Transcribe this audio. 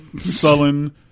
sullen